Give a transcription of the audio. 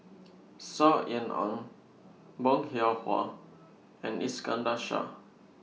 Saw Ean Ang Bong Hiong Hwa and Iskandar Shah